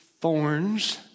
thorns